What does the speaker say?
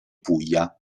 puglia